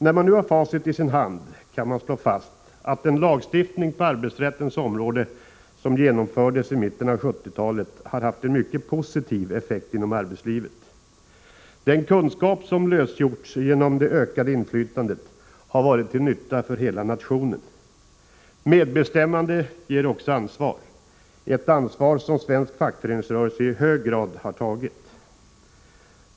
När man nu har facit i sin hand kan man slå fast att den lagstiftning på arbetsrättens område som genomfördes i mitten av 1970-talet har haft en mycket positiv effekt inom arbetslivet. Den kunskap som lösgjorts genom det ökade inflytandet har varit till nytta för hela nationen. Medbestämmande ger också ansvar — ett ansvar som svensk fackföreningsrörelse i hög grad har tagit.